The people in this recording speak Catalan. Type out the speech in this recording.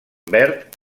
verd